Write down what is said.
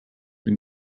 been